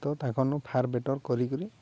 ତ ତାକନୁ far better କରିିକରି